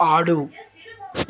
ఆడు